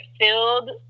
filled